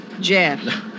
Jeff